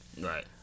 Right